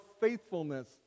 faithfulness